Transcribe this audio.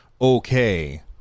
okay